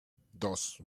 dos